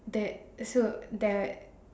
that so that